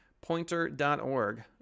Pointer.org